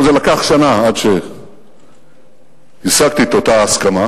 טוב, זה לקח שנה עד שהשגתי את אותה הסכמה,